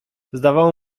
zdawało